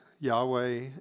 Yahweh